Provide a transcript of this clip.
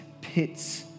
pits